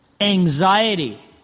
anxiety